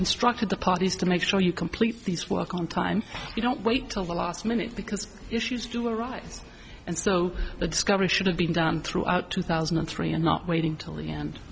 instructed the parties to make sure you complete these work on time you don't wait till the last minute because issues do arise and so the discovery should have been done throughout two thousand and three and not waiting till the end